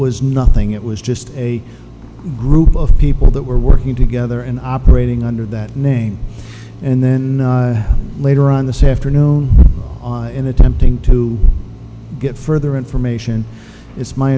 was nothing it was just a group of people that were working together and operating under that name and then later on the say afternoon in attempting to get further information it's my